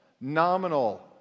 Nominal